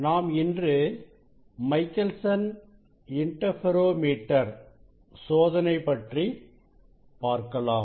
நாம் இன்று Michelson interferometer சோதனை பற்றி பார்க்கலாம்